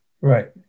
Right